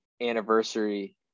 anniversary